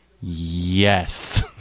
Yes